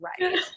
right